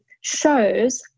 shows